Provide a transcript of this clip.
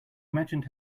imagined